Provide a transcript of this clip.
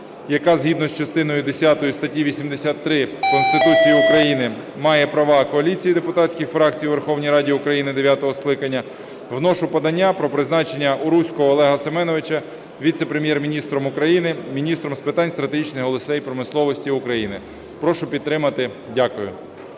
яка згідно з частиною десятої статті 83 Конституції України має права коаліції депутатських фракцій у Верховній Раді України дев'ятого скликання, вношу подання про призначення Уруського Олега Семеновича віце-прем'єр-міністром України – міністром з питань стратегічних галузей промисловості України. Прошу підтримати. Дякую.